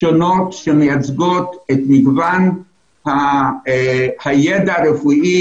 שונות שמייצגות את מגוון הידע הרפואי